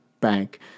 Bank